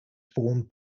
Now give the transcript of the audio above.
formed